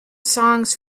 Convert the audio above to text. songs